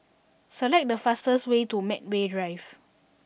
select the fastest way to Medway Drive